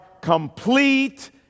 complete